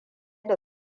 da